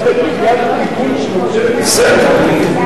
צריך לתת לו קריאת כיוון של ממשלת ישראל.